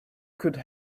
could